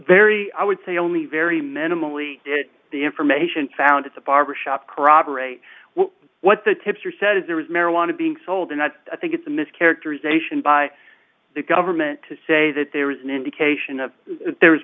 very i would say only very minimally the information found at the barber shop corroborate what the tipster said is there was marijuana being sold and i think it's a mis characterization by the government to say that there was an indication of the